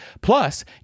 Plus